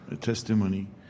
testimony